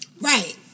Right